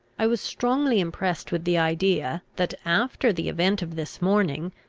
i was strongly impressed with the idea, that, after the event of this morning,